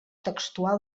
textual